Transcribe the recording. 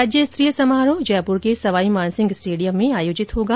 राज्य स्तरीय समारोह जयपुर के सवाई मानसिंह स्टेडियम में आयोजित होगा